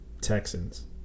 Texans